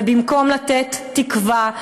ובמקום לתת תקווה,